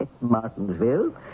Martinsville